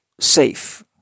safe